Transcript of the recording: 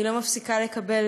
אני לא מפסיקה לקבל